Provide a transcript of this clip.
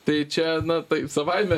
tai čia na tai savaime